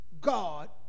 God